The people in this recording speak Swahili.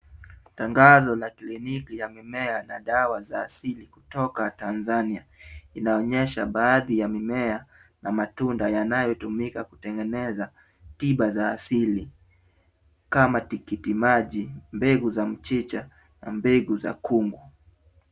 Tangazo ya kliniki ya mimea na dawa za asili kutoka Tanzania inaonyesha baadhi ya mimea na matunda yanayotumika kutengeneza tiba za asili kama tikiti maji, mbegu za mchicha na mbegu za kungu.